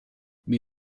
mir